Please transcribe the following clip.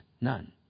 none